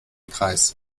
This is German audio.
kreis